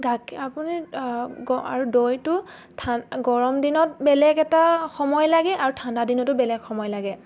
গাক আপুনি আৰু দৈটো ঠা গৰম দিনত বেলেগ এটা সময় লাগে আৰু ঠাণ্ডা দিনতো বেলেগ সময় লাগে